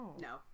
No